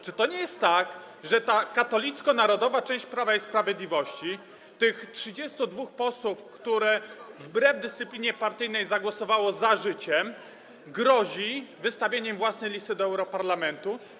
Czy to nie jest tak, że ta katolicko-narodowa część Prawa i Sprawiedliwości, tych 32 posłów, którzy wbrew dyscyplinie partyjnej zagłosowali za życiem, grozi wystawieniem własnej listy do europarlamentu?